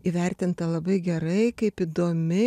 įvertinta labai gerai kaip įdomi